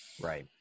right